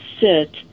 sit